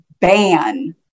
ban